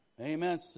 Amen